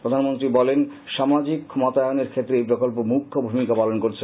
প্রধানমন্ত্রী বলেন সামাজিক ক্ষমতায়নের ক্ষেত্রে এই প্রকল্প মুখ্য ভূমিকা পালন করছে